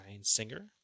Singer